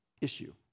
issue